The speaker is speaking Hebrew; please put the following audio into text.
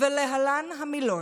ולהלן המילון: